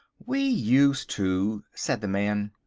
we used to, said the man.